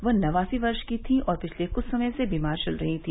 वह नवासी वर्ष की थीं और पिछले कुछ समय से बीमार चल रही हैं